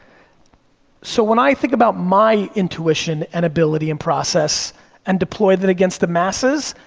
so, when i think about my intuition and ability and process and deploy that against the masses,